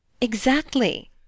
Exactly